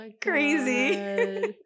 crazy